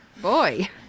Boy